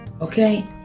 okay